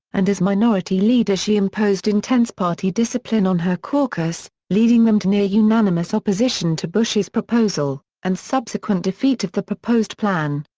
and as minority leader she imposed intense party discipline on her caucus, leading them to near-unanimous opposition to bush's proposal, and subsequent defeat of the proposed plan.